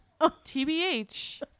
TBH